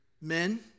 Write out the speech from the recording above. men